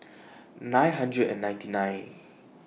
nine hundred and ninety nine